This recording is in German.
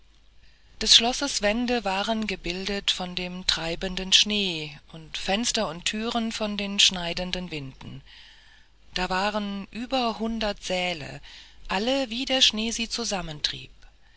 des schlosses wände waren gebildet von dem treibenden schnee und fenster und thüren von den schneidenden winden da waren über hundert säle alle wie der schnee sie